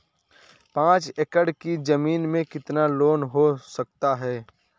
पाँच एकड़ की ज़मीन में कितना लोन हो सकता है?